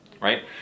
right